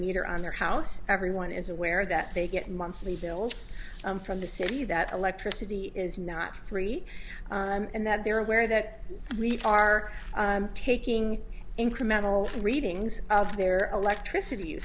meter on their house everyone is aware that they get monthly bills from the city that electricity is not free and that they are aware that we are taking incremental readings of their electricity